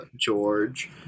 George